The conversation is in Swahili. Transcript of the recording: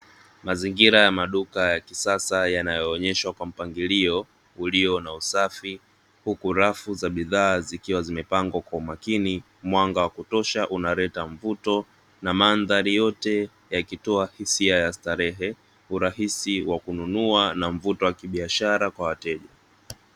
Mazingira ya maduka ya kisasa yanayooneshwa kwa mpangilio ulio na usafi huku rafu zikiwa zimepangwa kwa umakini, mwanga wa kutosha unaleta mvuto na mandhari yote yakitoa hisia ya starehe urahisi wa kununua na na mvuto wa kibiashara kwa wateja.